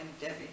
Debbie